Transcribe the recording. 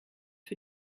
für